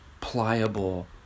pliable